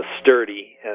sturdy